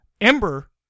Ember